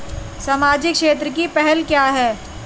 सामाजिक क्षेत्र की पहल क्या हैं?